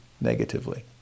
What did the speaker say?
negatively